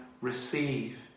receive